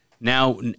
now